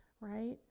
Right